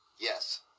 Yes